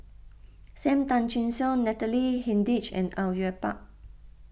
Sam Tan Chin Siong Natalie Hennedige and Au Yue Pak